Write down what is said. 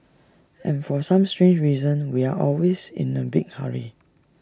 and for some strange reasons we are always in A big hurry